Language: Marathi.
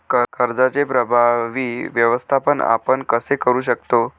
कर्जाचे प्रभावी व्यवस्थापन आपण कसे करु शकतो?